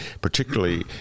particularly